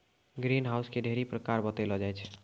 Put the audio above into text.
green house के ढ़ेरी प्रकार बतैलो जाय छै